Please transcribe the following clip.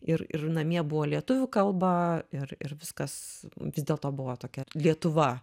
ir ir namie buvo lietuvių kalba ir ir viskas vis dėlto buvo tokia lietuva